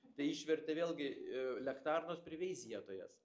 tai išvertė vėlgi lektarnos privizietojas